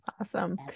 Awesome